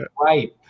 right